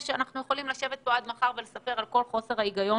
אנחנו יכולים לשבת פה עד מחר ולספר על כל חוסר ההיגיון